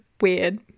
weird